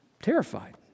Terrified